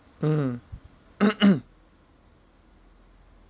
mm